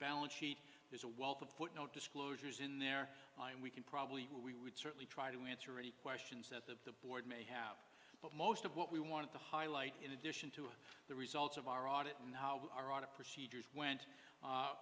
balance sheet there's a wealth of footnote disclosures in there and we can probably what we would certainly try to answer any questions that the board may have but most of what we wanted to highlight in addition to the results of our audit and how our audit procedures went